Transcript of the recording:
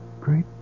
Great